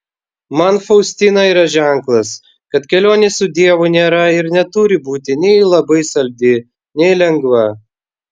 man faustina yra ženklas kad kelionė su dievu nėra ir neturi būti nei labai saldi nei lengva